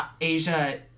Asia